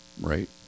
right